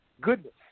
goodness